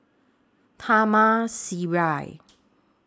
Taman Sireh